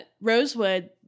Rosewood